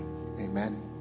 Amen